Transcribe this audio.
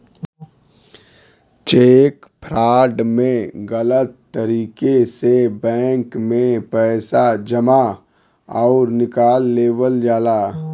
check fraud में गलत तरीके से बैंक में पैसा जमा आउर निकाल लेवल जाला